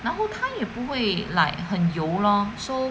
然后他也不会 like 很有油 lor so